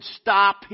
stop